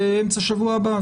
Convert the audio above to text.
באמצע שבוע הבא,